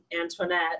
Antoinette